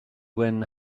when